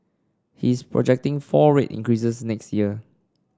he is projecting four rate increases next year